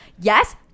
Yes